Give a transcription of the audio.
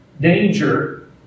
danger